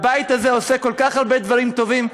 הבית הזה עושה כל כך הרבה דברים טובים,